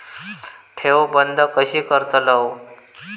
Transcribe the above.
ठेव बंद कशी करतलव?